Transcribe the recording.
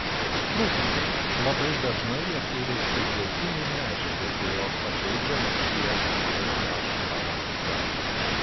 trūkumai labai dažnai jie turi sudėtinių medžiagų kurios pažeidžia makšties ph balansą